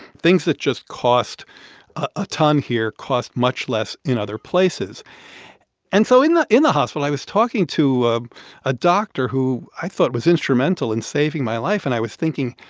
things that just cost a ton here cost much less in other places and so in the in the hospital, i was talking to a doctor who i thought was instrumental in saving my life. and i was thinking,